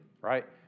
Right